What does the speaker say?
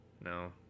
No